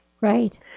Right